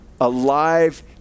alive